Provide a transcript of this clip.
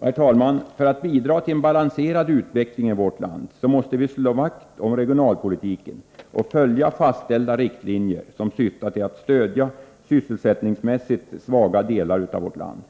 Herr talman! För att bidra till en balanserad utveckling i vårt land måste vi slå vakt om regionalpolitiken och följa fastställda riktlinjer som syftar till att stödja sysselsättningsmässigt svaga delar av vårt land.